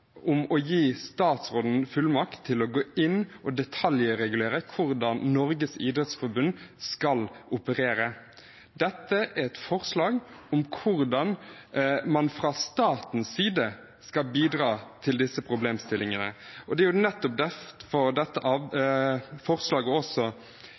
om å gi statsråden fullmakt til å gå inn og detaljregulere hvordan Norges idrettsforbund skal operere. Dette er et forslag om hvordan man fra statens side skal bidra i disse problemstillingene. Det er nettopp derfor dette